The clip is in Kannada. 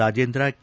ರಾಜೇಂದ್ರ ಕೆ